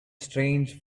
strange